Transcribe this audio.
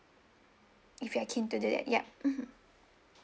if you are keen to do that yup mmhmm